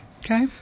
Okay